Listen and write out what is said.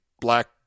black